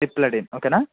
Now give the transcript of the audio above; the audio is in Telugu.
సిప్లడిన్ ఓకేనా